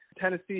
Tennessee